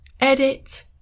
edit